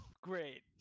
Great